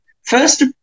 First